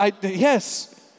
Yes